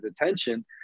attention